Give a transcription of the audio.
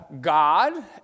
God